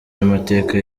y’amateka